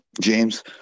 James